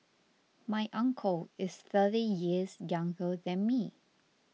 my uncle is thirty years younger than me